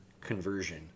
conversion